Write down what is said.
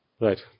Right